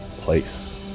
place